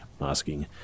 asking